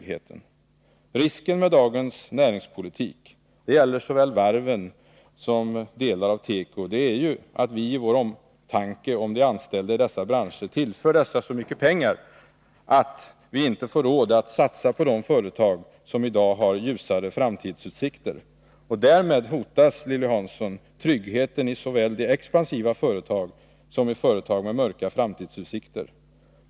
Risken med dagens näringspolitik — det gäller såväl varven som delar av teko — är att vi i vår omtanke om de anställda tillför dessa branscher så mycket pengar att vi inte får råd att satsa på de företag som i dag har ljusare framtidsutsikter. Därmed hotas, Lilly Hansson, tryggheten såväl i expansiva företag som i företag med mörka framtidsutsikter.